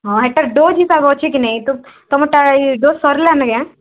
ହଁ ଏଇଟା ଡୋଜ୍ ହିସାବ୍ ଅଛି କି ନାଇଁ ତ ତମଟା ଏଇ ଡୋଜ୍ ସରିଲାଣି କିଆଁ